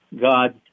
God